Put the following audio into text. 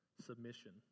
submission